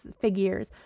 figures